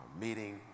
meeting